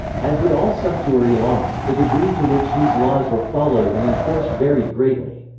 as with all sumptuary laws, the degree to which these laws were followed and enforced varied greatly.